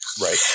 Right